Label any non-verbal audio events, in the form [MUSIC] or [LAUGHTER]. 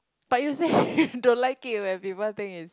but you say [LAUGHS] you don't like it when people think it's